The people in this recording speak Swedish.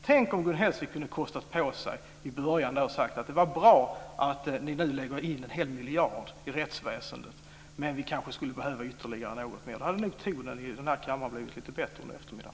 Tänk om Gun Hellsvik i början av debatten hade kostat på sig att säga att det var bra att vi nu lägger in en hel miljard i rättsväsendet men att det kanske skulle behövas ytterligare något mer. Då hade nog tonen i kammaren blivit lite bättre under eftermiddagen.